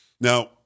Now